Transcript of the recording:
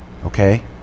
Okay